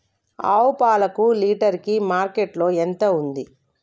ఆవు పాలకు లీటర్ కి మార్కెట్ లో ఎంత ఉంది?